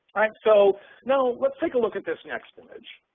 right. so now let's take a look at this next image.